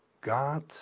God